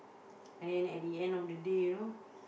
and then at the end of the day you know